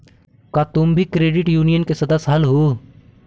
का तुम भी क्रेडिट यूनियन के सदस्य हलहुं?